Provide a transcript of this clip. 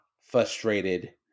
frustrated